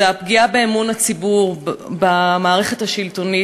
הוא הפגיעה באמון הציבור במערכת השלטונית,